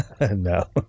no